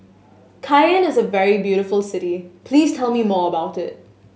Cayenne is a very beautiful city please tell me more about it